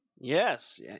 Yes